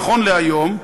נכון להיום,